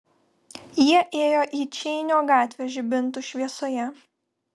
jie ėjo į čeinio gatvę žibintų šviesoje